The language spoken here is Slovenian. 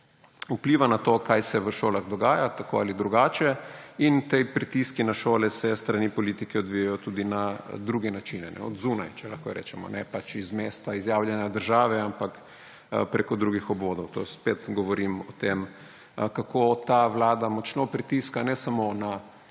vpliva na to, kaj se v šolah dogaja tako ali drugače in ti pritiski na šoli se s strani politike odvijajo tudi na druge načine, od zunaj, če lahko rečemo, ne z mesta, iz javljanja države, ampak prek drugih obvodov. To spet govorim o tem, kako ta vlada močno pritiska ne samo na